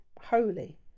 holy